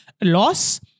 loss